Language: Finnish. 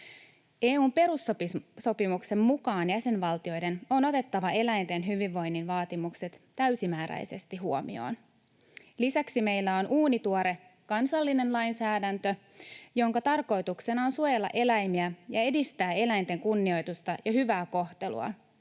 EU:n perussopimuksen mukaan jäsenvaltioiden on otettava eläinten hyvinvoinnin vaatimukset täysimääräisesti huomioon. Lisäksi meillä on uunituore kansallinen lainsäädäntö, jonka tarkoituksena on suojella eläimiä ja edistää eläinten kunnioitusta ja hyvää kohtelua